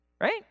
Right